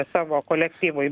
savo kolektyvui